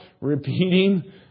repeating